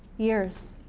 years.